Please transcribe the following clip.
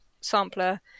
sampler